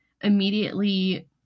immediately